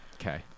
Okay